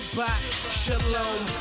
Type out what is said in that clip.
Shalom